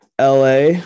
LA